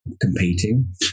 competing